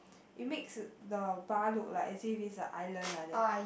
it makes the bar look like as if it's a island like that